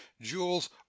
jewels